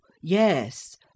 Yes